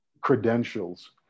credentials